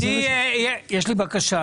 יש לי בקשה.